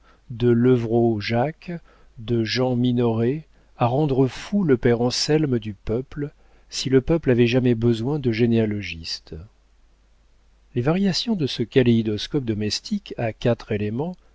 de levrault jacques de jean minoret à rendre fou le père anselme du peuple si le peuple avait jamais besoin de généalogiste les variations de ce kaléidoscope domestique à quatre éléments